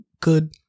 good